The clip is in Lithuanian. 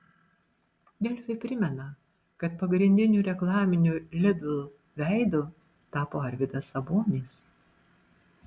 delfi primena kad pagrindiniu reklaminiu lidl veidu tapo arvydas sabonis